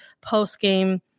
post-game